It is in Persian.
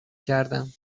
کردم